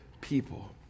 people